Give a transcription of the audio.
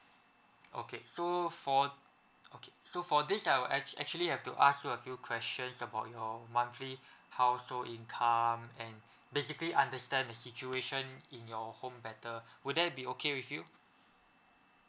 okay so for okay so for this I will ac~ actually have to ask you a few questions about your monthly household income and basically understand the situation in your home better would there be okay with you